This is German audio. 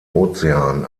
ozean